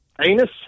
anus